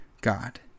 God